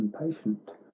impatient